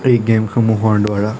এই গেমসমূহৰদ্বাৰা